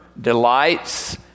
delights